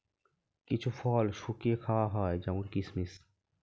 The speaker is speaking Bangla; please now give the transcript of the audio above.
কিছু ফল শুকিয়ে খাওয়া হয় যেমন কিসমিস